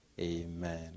Amen